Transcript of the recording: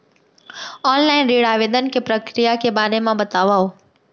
Online ऋण आवेदन के प्रक्रिया के बारे म बतावव?